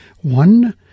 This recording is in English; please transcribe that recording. One